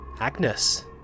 Agnes